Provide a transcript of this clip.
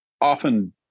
often